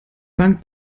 bank